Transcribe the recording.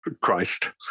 Christ